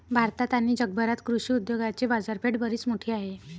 भारतात आणि जगभरात कृषी उद्योगाची बाजारपेठ बरीच मोठी आहे